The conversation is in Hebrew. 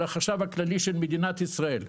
של החשב הכללי של מדינת ישראל.